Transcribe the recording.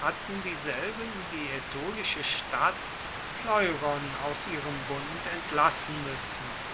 hatten dieselben die ätolische stadt pleuron aus ihrem bund entlassen müssen